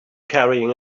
carrying